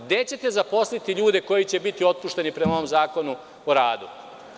Gde ćete zaposliti ljude koji će biti otpušteni prema ovom zakonu o radu?